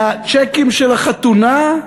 מהצ'קים של החתונה?